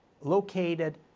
located